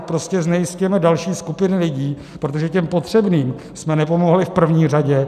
Prostě znejisťujeme další skupiny lidí, protože těm potřebným jsme nepomohli v první řadě.